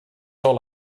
all